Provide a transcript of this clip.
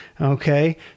Okay